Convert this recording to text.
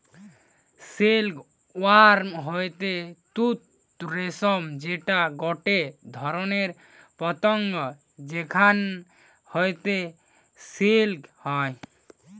silk worm হতিছে তুত রেশম যেটা গটে ধরণের পতঙ্গ যেখান হইতে সিল্ক হয়